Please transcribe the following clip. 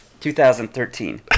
2013